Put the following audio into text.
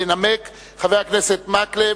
ינמק חבר הכנסת מקלב.